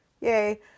Yay